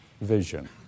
vision